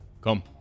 come